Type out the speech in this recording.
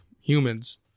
Humans